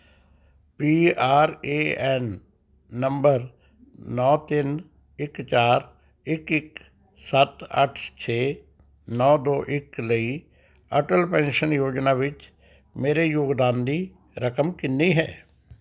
P R A N number ਨੌਂ ਤਿੰਨ ਇੱਕ ਚਾਰ ਇੱਕ ਇੱਕ ਸੱਤ ਅੱਠ ਛੇ ਨੌਂ ਦੋ ਇੱਕ ਲਈ ਅਟਲ ਪੈਨਸ਼ਨ ਯੋਜਨਾ ਵਿੱਚ ਮੇਰੇ ਯੋਗਦਾਨ ਦੀ ਰਕਮ ਕਿੰਨੀ ਹੈ